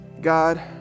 God